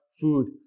food